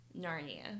Narnia